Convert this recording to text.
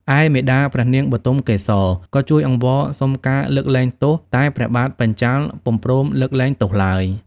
ឯមាតាព្រះនាងបុទមកេសរក៏ជួយអង្វរសុំការលើកលែងទោស តែព្រះបាទបញ្ចាល៍ពុំព្រមលើកលែងទោសឡើយ។